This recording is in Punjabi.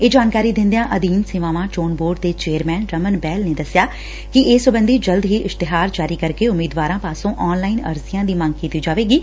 ਇਹ ਜਾਣਕਾਰੀ ਦਿਦਿਆ ਅਧੀਨ ਸੇਵਾਵਾਂ ਚੋਣ ਬੋਰਡ ਦੇ ਚੇਅਰਮੈਨ ਰਮਨ ਬਹਿਲ ਨੇ ਦੱਸਿਆ ਕਿ ਇਸ ਸਬੰਧੀ ਜਲਦੀ ਹੀ ਇਸ਼ਤਿਹਾਰ ਜਾਰੀ ਕਰਕੇ ਉਮੀਦਵਾਰਾਂ ਪਾਸੋਂ ਆਨਲਾਈਨ ਅਰਜੀਆਂ ਦੀ ਮੰਗ ਕੀਤੀ ਜਾਵੇਗੀ